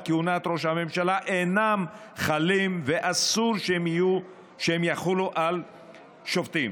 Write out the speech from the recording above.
כהונת ראש הממשלה אינם חלים ואסור שהם יחולו על שופטים,